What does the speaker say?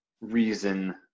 reason